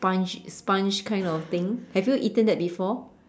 sponge sponge kind of thing have you eaten that before